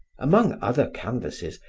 among other canvasses,